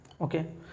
Okay